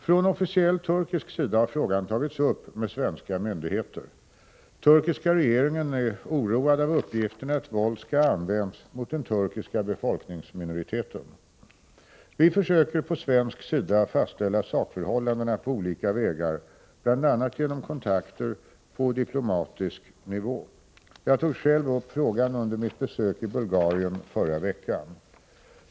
Från officiell turkisk sida har frågan tagits upp med svenska myndigheter. Turkiska regeringen är oroad av uppgifterna att våld skall ha använts mot den turkiska befolkningsminoriteten. Vi försöker på svensk sida fastställa sakförhållandena på olika vägar, bl.a. genom kontakter på diplomatisk nivå. Jag tog själv upp frågan under mitt besök i Bulgarien förra veckan.